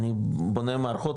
אני בונה מערכות,